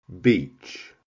Beach